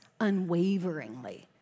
unwaveringly